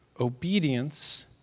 obedience